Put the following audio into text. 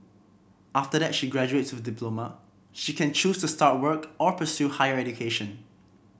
after that she graduates with a diploma she can choose to start work or pursue higher education